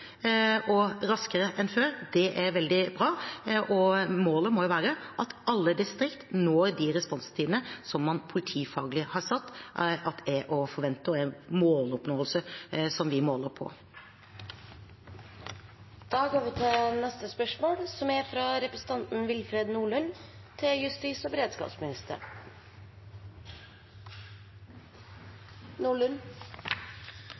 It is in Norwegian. og raskere enn før. Det er veldig bra. Målet må være at alle distrikt når de responstidene som man politifaglig har sagt er å forvente, og som er måloppnåelsen vi måler på. Mitt spørsmål er til justis- og beredskapsministeren: «I 2015, under øvelse Gemini, brukte beredskapstroppen 28 timer på å nå frem til